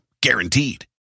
guaranteed